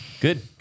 Good